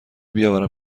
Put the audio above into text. بیاورم